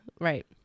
right